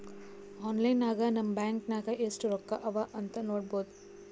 online ನಾಗ್ ನಮ್ bank ನಾಗ್ ಎಸ್ಟ್ ರೊಕ್ಕಾ ಅವಾ ಅಂತ್ ನೋಡ್ಬೋದ